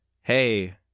hey